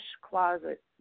Closet